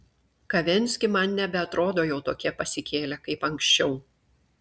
kavenski man nebeatrodo jau tokie pasikėlę kaip anksčiau